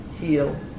heal